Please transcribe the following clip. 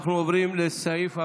אנחנו עוברים לסעיף הבא.